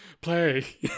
play